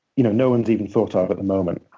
you know no one's even thought of at the moment.